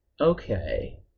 Okay